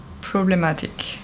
problematic